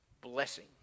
Blessing